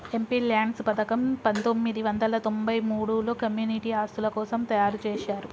MPLADS పథకం పందొమ్మిది వందల తొంబై మూడులో కమ్యూనిటీ ఆస్తుల కోసం తయ్యారుజేశారు